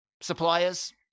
suppliers